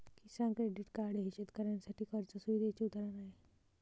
किसान credit card हे शेतकऱ्यांसाठी कर्ज सुविधेचे उदाहरण आहे